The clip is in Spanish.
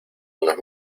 unos